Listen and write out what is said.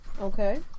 Okay